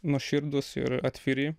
nuoširdūs ir atviri